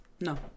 No